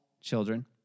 children